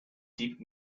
deep